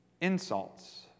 insults